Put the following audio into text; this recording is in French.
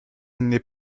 n’est